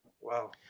Wow